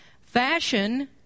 Fashion